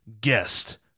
guest